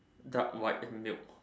dark white and milk